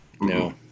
No